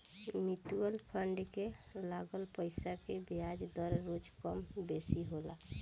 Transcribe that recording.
mutual fund के लागल पईसा के बियाज दर रोज कम बेसी होला